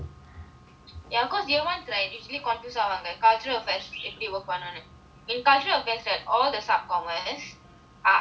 ya because year ones right usually confuse ஆவாங்க:aavaanga cultural affairs எப்படி:eppadi work பண்ணனும்னு:pannanumnu in cultural affairs right all the sub commers are I_C